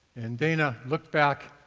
and dana looked back,